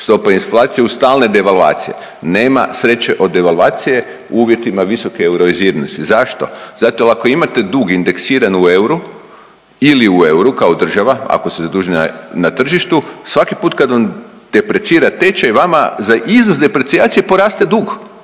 stopa inflacije uz stalne devaluacije. Nema sreće od devaluacije u uvjetima visoke euroiziranosti. Zašto? Zato jer ako imate dug indeksiran u euru ili u euru kao država ako se zaduži na tržištu svaki put kad vam deprecira tečaj vama za iznos deprecijacije poraste dug